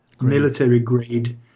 military-grade